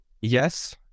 yes